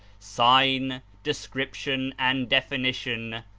sign, description and definition,